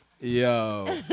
Yo